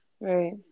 right